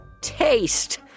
Taste